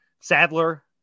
sadler